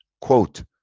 Quote